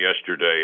yesterday